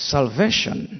.Salvation